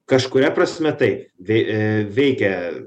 kažkuria prasme taip vi e veikia